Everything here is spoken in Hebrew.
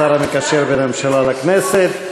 השר המקשר בין הממשלה לכנסת.